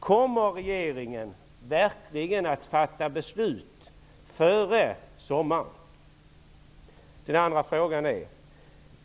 Kommer regeringen verkligen att fatta beslut före sommaren?